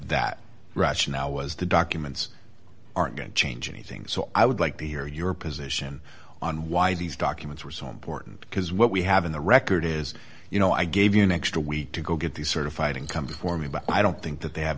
that rationale was the documents aren't going to change anything so i would like to hear your position on why these documents were so important because what we have in the record is you know i gave you an extra week to go get these sort of fighting come before me but i don't think that they have